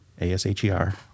A-S-H-E-R